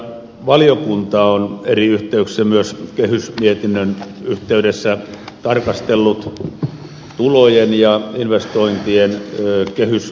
valtiovarainvaliokunta on eri yhteyksissä myös kehysmietinnän yhteydessä tarkastellut tulojen ja investointien kehystarkastelua